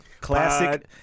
Classic